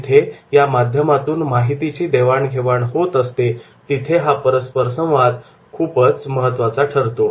जिथे या माध्यमातून माहितीची देवाण घेवाण होत असते तिथे हा परस्परसंवाद खूपच महत्त्वाचा ठरतो